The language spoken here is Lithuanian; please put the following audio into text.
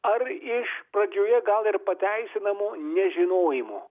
ar iš pradžioje gal ir pateisinamo nežinojimo